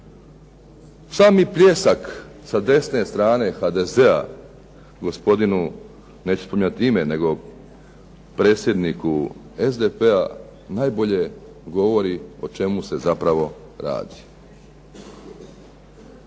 Sami pljesak sa desne strane HDZ-a gospodinu, neću spominjati ime, nego predsjedniku SDP-, najbolje govori o čemu se zapravo radi.